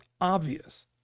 obvious